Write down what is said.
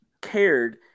cared